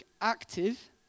active